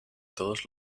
todos